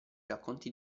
racconti